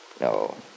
No